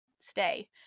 stay